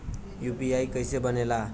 UPI कईसे बनेला?